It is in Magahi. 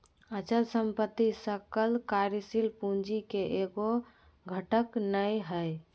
अचल संपत्ति सकल कार्यशील पूंजी के एगो घटक नै हइ